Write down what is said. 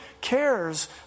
cares